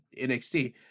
NXT